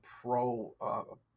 pro